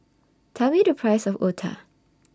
Tell Me The Price of Otah